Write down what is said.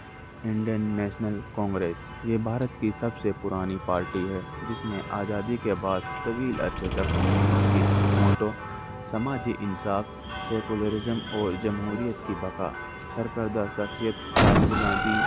Indian National Congress یہ بھارت کی سب سے پرانی پارٹی ہے جس نے آزادی کے بعد طویل عرصے تک حکومت کی موٹو سماجی انصاف سیکولرزم اور جمہوریت کی بقاء سرکردہ شخصیت راہل گاندھی